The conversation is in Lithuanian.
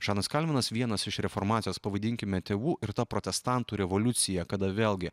žanas kalvinas vienas iš reformacijos pavadinkime tėvų ir ta protestantų revoliucija kada vėlgi